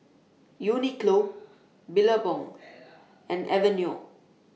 Uniqlo Billabong and Aveeno